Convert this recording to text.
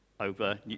over